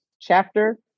chapter